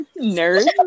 Nerd